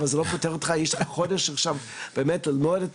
אבל זה לא פותר אותך ויש לך חודש עכשיו בשביל באמת וללמוד את